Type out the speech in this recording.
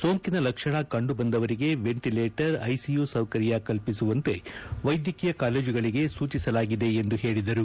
ಸೋಂಕಿನ ಲಕ್ಷಣ ಕಂಡುಬಂದವರಿಗೆ ವೆಂಟಿಲೇಟರ್ ಐಸಿಯು ಸೌಕರ್ಯ ಕಲ್ಪಿಸುವಂತೆ ವೈದ್ಯಕೀಯ ಕಾಲೇಜುಗಳಿಗೆ ಸೂಚಿಸಲಾಗಿದೆ ಎಂದು ಹೇಳಿದರು